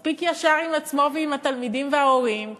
מספיק ישר עם עצמו ועם התלמידים וההורים ולהגיד: